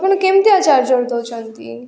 ଆପଣ କେମିତିଆ ଚାର୍ଜର୍ ଦେଉଛନ୍ତି